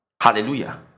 hallelujah